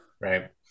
Right